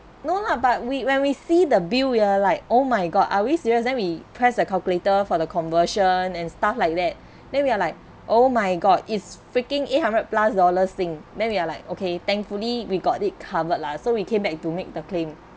no lah but we when we see the bill we are like oh my god are we serious then we press the calculator for the conversion and stuff like that then we are like oh my god it's freaking eight hundred plus dollars thing then we are like okay thankfully we got it covered lah so we came back to make the claim